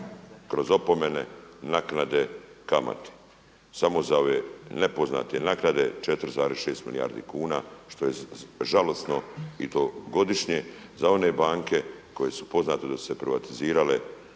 kroz opomene, naknade, kamate. Samo za ove nepoznate naknade 4,6 milijardi kuna što je žalosno i to godišnje za one banke koje su poznate da su se privatizirale